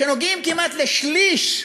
שנוגעים כמעט לשליש,